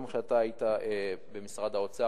גם כי אתה היית במשרד האוצר,